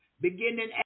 Beginning